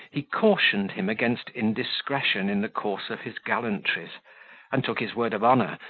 he cautioned him against indiscretion in the course of his gallantries and took his word of honour,